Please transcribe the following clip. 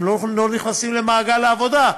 הם לא נכנסים למעגל העבודה,